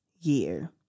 year